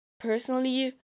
Personally